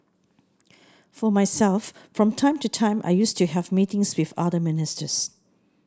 for myself from time to time I used to have meetings with other ministers